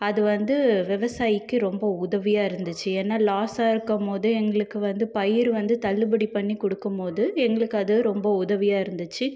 அது வந்து விவசாயிக்கு ரொம்ப உதவியாக இருந்துச்சு ஏன்னால் லாஸாக இருக்கும் போது எங்களுக்கு வந்து பயிர் வந்து தள்ளுபடி பண்ணி கொடுக்கும்போது எங்களுக்கு அது ரொம்ப உதவியாக இருந்துச்சு